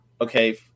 Okay